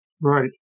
Right